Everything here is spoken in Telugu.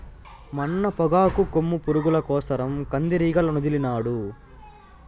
మా అన్న పొగాకు కొమ్ము పురుగుల కోసరం కందిరీగలనొదిలినాడు